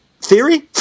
theory